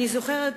אני זוכרת